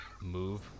Move